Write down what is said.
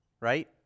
Right